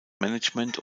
management